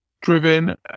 driven